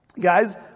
Guys